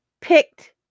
picked